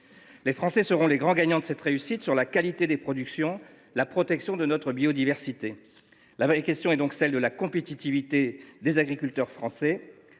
Les Français seront les grands gagnants de cette réussite, tant pour la qualité des productions que la protection de notre biodiversité. La véritable question est donc celle de la compétitivité des agriculteurs français,